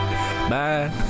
Bye